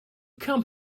come